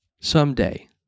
someday